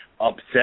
upset